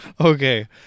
okay